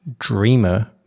Dreamer